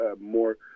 more